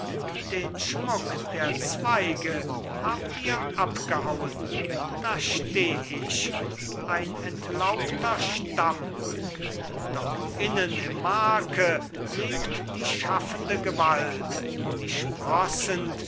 den schmuck der zweige habt ihr abgehauen da steh ich ein entlaubter stamm doch innen im marke lebt die schaffende gewalt die